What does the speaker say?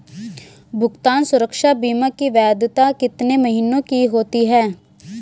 भुगतान सुरक्षा बीमा की वैधता कितने महीनों की होती है?